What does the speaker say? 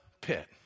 pit